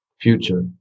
future